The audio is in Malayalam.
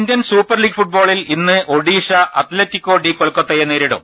ഇന്ത്യൻ സൂപ്പർലീഗ് ഫുട്ബോളിൽ ഇന്ന് ഒഡിഷ അത്ലറ്റിക്കോ ഡി കൊൽക്കത്തയെ നേരിടും